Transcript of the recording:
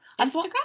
Instagram